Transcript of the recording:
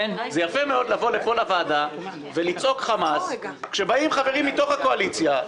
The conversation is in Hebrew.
יפה מאוד לבוא לפה לוועדה ולצעוק חמס כאשר באים חברים מתוך הקואליציה,